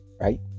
right